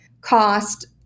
cost